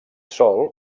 sol